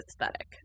aesthetic